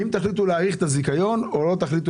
אם תחליטו להאריך את הזיכיון או לא.